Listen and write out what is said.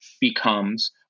becomes